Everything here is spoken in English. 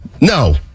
No